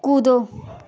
कूदो